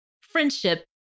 friendship